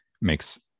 makes